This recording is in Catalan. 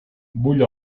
bull